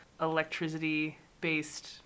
electricity-based